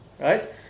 right